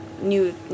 new